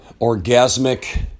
orgasmic